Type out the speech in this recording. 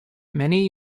many